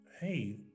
hey